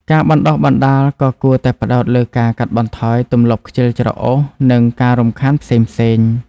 ការបណ្តុះបណ្តាលក៏គួរតែផ្តោតលើការកាត់បន្ថយទម្លាប់ខ្ជិលច្រអូសនិងការរំខានផ្សេងៗ។